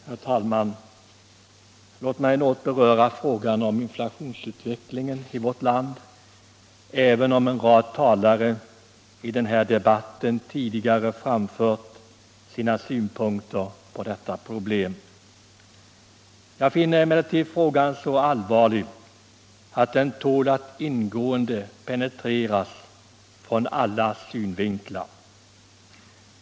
Herr talman! Låt mig något beröra frågan om inflationsutvecklingen i vårt land — även om en rad talare i den här debatten tidigare har framfört sina synpunkter på detta problem. Jag finner emellertid frågan så allvarlig att den tål att ingående penetreras ur alla synvinklar.